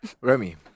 Remy